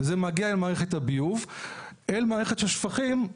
זה מגיע אל מערכת הביוב אל מערכת של שפכים.